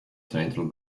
central